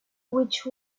which